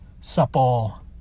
supple